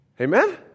Amen